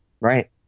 Right